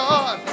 God